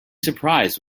surprised